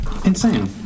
Insane